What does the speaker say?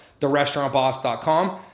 therestaurantboss.com